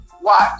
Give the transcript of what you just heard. watch